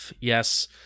Yes